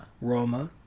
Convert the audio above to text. Roma